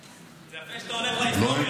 זה יפה שאתה הולך להיסטוריה.